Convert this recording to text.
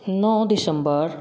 नौ December